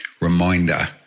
reminder